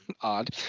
Odd